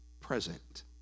present